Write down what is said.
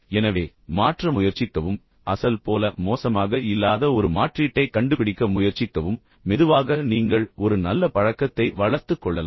எனவே மாற்ற முயற்சிக்கவும் அசல் போல மோசமாக இல்லாத ஒரு மாற்றீட்டைக் கண்டுபிடிக்க முயற்சிக்கவும் மெதுவாக நீங்கள் ஒரு நல்ல பழக்கத்தை வளர்த்துக் கொள்ளலாம்